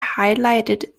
highlighted